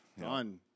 done